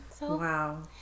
Wow